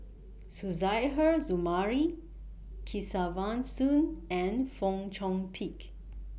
Suzairhe Sumari Kesavan Soon and Fong Chong Pik